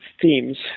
themes